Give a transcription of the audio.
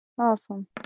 Awesome